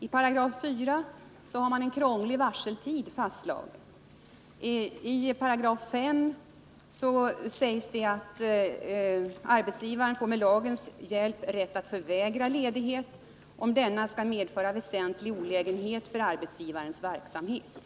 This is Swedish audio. I 4 § har man en krånglig varseltid fastslagen. I 5 § sägs att arbetsgivaren får med lagens hjälp rätt att förvägra ledighet om denna skulle medföra allvarlig olägenhet för arbetsgivarens verksamhet.